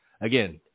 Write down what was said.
Again